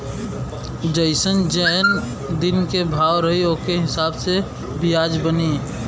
जइसन जौन दिन क भाव रही ओके हिसाब से बियाज बनी